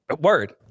Word